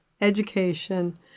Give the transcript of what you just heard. education